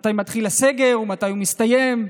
מתי מתחיל הסגר ומתי הוא מסתיים.